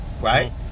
right